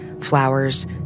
flowers